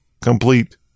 complete